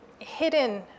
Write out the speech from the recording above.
hidden